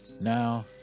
Now